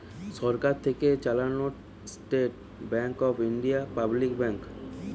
সরকার থেকে চালানো State Bank of India public bank